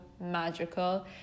magical